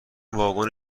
واگن